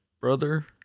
brother